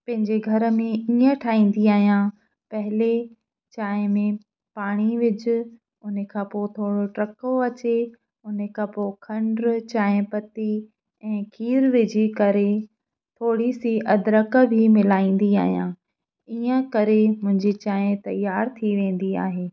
पंहिंजे घर में ईअं ठाहींदी आहियां पहिरियों चाय में पाणी विझ उन खां पोइ थोरो टहिको अचे उन खां पोइ खंड चांहि पती ऐं खीर विझी करे थोरी सी अद्रक बि मिलाईंदी आहियां ईअं करे मुंहिंजी चांहि तयार थी वेंदी आहे